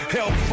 Help